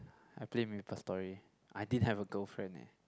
I play Maplestory I did have a girlfriend leh